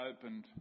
opened